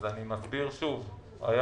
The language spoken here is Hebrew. אז אני מסביר שוב,